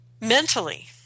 Mentally